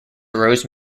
rose